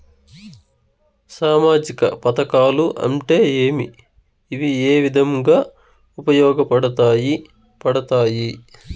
సామాజిక పథకాలు అంటే ఏమి? ఇవి ఏ విధంగా ఉపయోగపడతాయి పడతాయి?